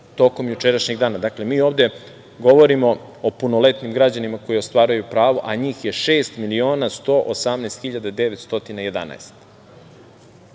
tokom jučerašnjeg dana, dakle, mi ovde govorimo o punoletnim građanima koji ostvaruju pravo, a njih je 6.118.911.